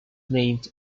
named